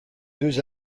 deux